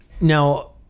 Now